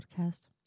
podcast